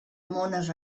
mones